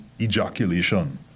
ejaculation